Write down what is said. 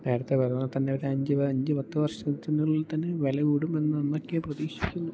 നേരത്തെ പറഞ്ഞതുപോലെതന്നെ ഒരഞ്ച് ഒരഞ്ച് പത്തു വർഷത്തിനുള്ളിൽ തന്നെ വില കൂടും എന്നൊക്കെ പ്രതീക്ഷിക്കുന്നു